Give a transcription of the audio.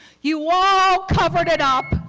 you all covered it up,